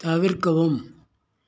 தவிர்க்கவும்